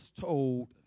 told